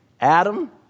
Adam